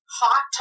hot